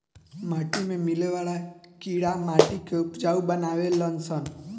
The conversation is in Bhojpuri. माटी में मिले वाला कीड़ा माटी के उपजाऊ बानावे लन सन